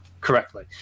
correctly